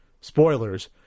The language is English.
spoilers